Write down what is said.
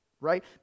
right